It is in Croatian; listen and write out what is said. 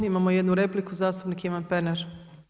Imamo jednu repliku, zastupnik Ivan Pernar.